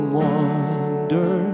wonder